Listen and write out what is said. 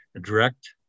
direct